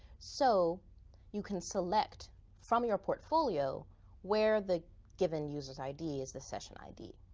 so you can select from your portfolio where the given user's id is the session id,